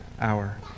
hour